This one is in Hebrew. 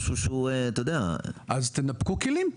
אז תנפקו כלים.